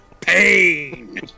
pain